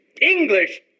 English